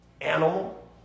animal